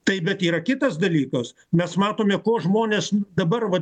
tai bet yra kitas dalykas mes matome ko žmonės dabar va